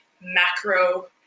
macro